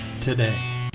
today